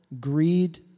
greed